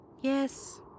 Yes